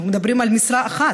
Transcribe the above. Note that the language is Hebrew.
אנחנו מדברים על משרה אחת,